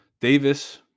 Davis